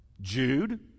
Jude